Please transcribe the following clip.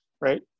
right